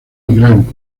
grant